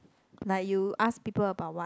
like you ask people about what